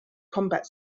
combat